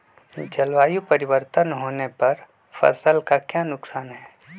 जलवायु परिवर्तन होने पर फसल का क्या नुकसान है?